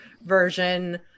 version